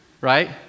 right